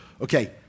Okay